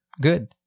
Good